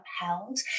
upheld